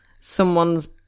someone's